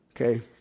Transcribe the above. Okay